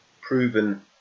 proven